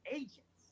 agents